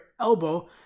elbow